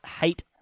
hate